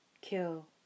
Kill